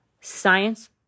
science